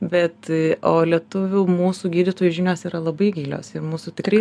bet o lietuvių mūsų gydytojų žinios yra labai gilios ir mūsų tikrai